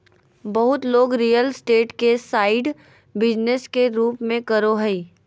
बहुत लोग real estate के साइड बिजनेस के रूप में करो हइ